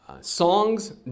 Songs